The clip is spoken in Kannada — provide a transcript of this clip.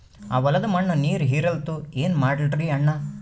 ಆ ಹೊಲದ ಮಣ್ಣ ನೀರ್ ಹೀರಲ್ತು, ಏನ ಮಾಡಲಿರಿ ಅಣ್ಣಾ?